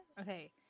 Okay